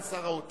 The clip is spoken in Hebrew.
עוברים הלאה.